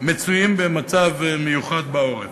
נמצאים במצב מיוחד בעורף,